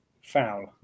foul